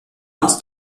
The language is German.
aus